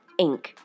Inc